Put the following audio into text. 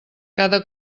cada